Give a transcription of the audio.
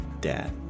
dad